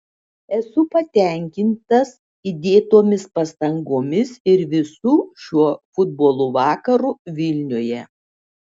esu patenkintas įdėtomis pastangomis ir visu šiuo futbolo vakaru vilniuje